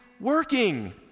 working